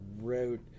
wrote